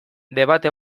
debate